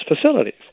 facilities